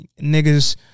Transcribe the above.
niggas